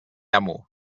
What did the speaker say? amo